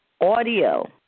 Audio